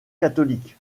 catholique